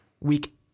week